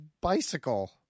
bicycle